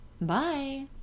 bye